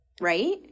right